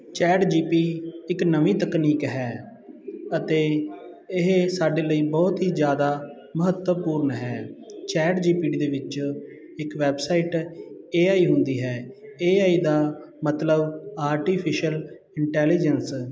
chat G P T ਇੱਕ ਨਵੀਂ ਤਕਨੀਕ ਹੈ ਅਤੇ ਇਹ ਸਾਡੇ ਲਈ ਬਹੁਤ ਹੀ ਜਿਆਦਾ ਮਹੱਤਵਪੂਰਨ ਹੈ ਚੈਟ ਜੀ ਪੀ ਟੀ ਦੇ ਵਿੱਚ ਇੱਕ ਵੈਬਸਾਈਟ ਏਆਈ ਹੁੰਦੀ ਹੈ ਏਆਈ ਦਾ ਮਤਲਬ ਆਰਟੀਫਿਸ਼ਅਲ ਇਟੈਲੀਜੈਸ